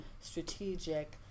strategic